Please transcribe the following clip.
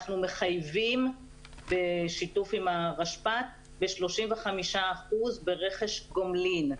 אנחנו מחייבים בשיתוף עם הרשפ"ת ב- 35% ברכש גומלין,